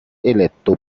eletto